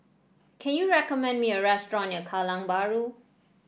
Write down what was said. can you recommend me a restaurant near Kallang Bahru